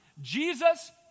Jesus